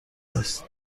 است